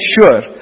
sure